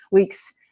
weeks,